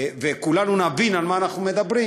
וכולנו נבין על מה אנחנו מדברים,